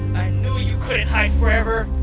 i knew you couldn't hide forever.